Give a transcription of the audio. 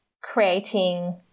creating